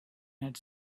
had